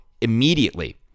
immediately